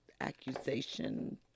accusation